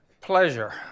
pleasure